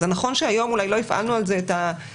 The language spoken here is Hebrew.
אז זה נכון שהיום אולי לא הפעלנו על זה את התקנה,